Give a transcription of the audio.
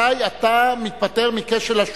מתי אתה נפטר מכשל השוק?